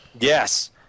Yes